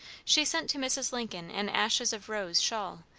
she sent to mrs. lincoln an ashes-of-rose shawl,